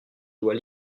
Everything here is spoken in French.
dois